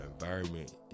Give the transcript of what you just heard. environment